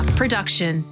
production